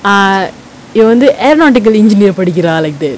ah இவ வந்து:iva vanthu aeronautical engineer படிக்கிறா:padikkuraa like that